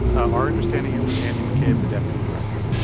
our understanding, it was andy mccabe, the deputy director.